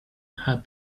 had